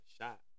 shot